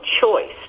choice